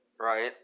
Right